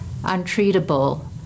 untreatable